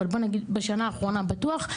אבל בוא נגיד בשנה האחרונה בטוח.